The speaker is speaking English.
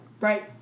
Right